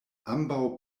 ambaŭ